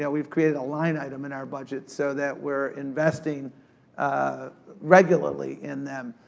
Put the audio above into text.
yeah we've created a line item in our budget so that we're investing ah regularly in them.